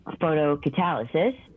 photocatalysis